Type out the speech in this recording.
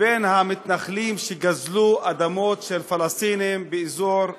לבין המתנחלים שגזלו אדמות של פלסטינים באזור כבוש.